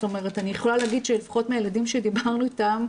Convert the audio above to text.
אני יכולה להגיד שלפחות מהילדים שדיברנו איתם,